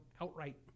outright